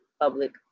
Public